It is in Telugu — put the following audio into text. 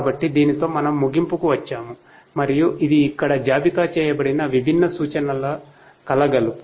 కాబట్టి దీనితో మనము ముగింపుకు వచ్చాము మరియు ఇది ఇక్కడ జాబితా చేయబడిన విభిన్న సూచనల కలగలుపు